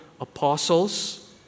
apostles